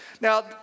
Now